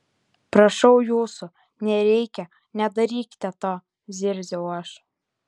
prašau jūsų nereikia nedarykite to zirziau aš